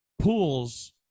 pools